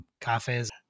cafes